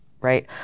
right